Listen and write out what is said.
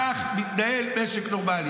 כך מתנהל משק נורמלי.